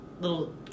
little